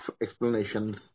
explanations